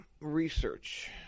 research